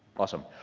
awesome,